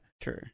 true